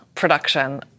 production